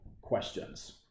questions